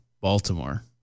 Baltimore